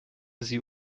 sie